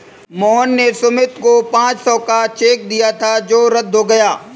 मोहन ने सुमित को पाँच सौ का चेक दिया था जो रद्द हो गया